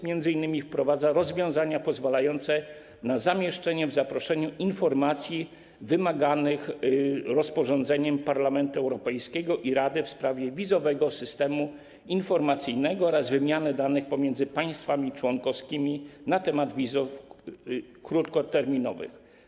M.in. wprowadza ona rozwiązania pozwalające na zamieszczenie w zaproszeniu informacji wymaganych rozporządzeniem Parlamentu Europejskiego i Rady w sprawie Wizowego Systemu Informacyjnego oraz wymiany danych pomiędzy państwami członkowskimi na temat wiz krótkoterminowych.